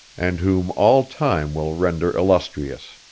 and whom all time will render illustrious.